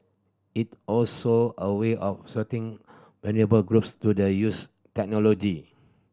it also a way of vulnerable groups to the use technology